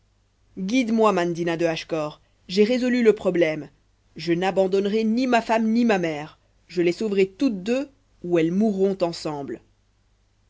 guide moi mandina de hachecor j'ai résolu le problème je n'abandonnerai ni ma femme ni ma mère je les sauverai toutes deux ou elles mourront ensemble